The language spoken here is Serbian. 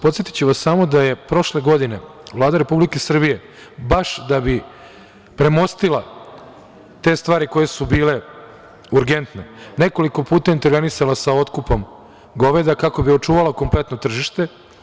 Podsetiću vas samo da je prošle godine Vlada Republike Srbije, baš da bi premostila te stvari koje su bile urgentne, nekoliko puta intervenisala sa otkupom goveda kako bi očuvala kompletno tržište.